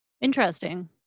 interesting